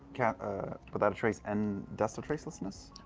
ah without a trace and dust of tracelessness?